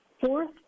Fourth